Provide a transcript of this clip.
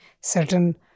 certain